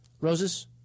Roses